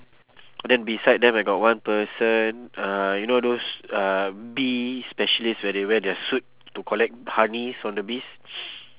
then beside them I got one person uh you know those uh bees specialist where they wear their suit to collect honey from the bees